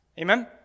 Amen